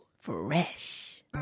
fresh